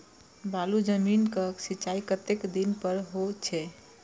बालू जमीन क सीचाई कतेक दिन पर हो छे?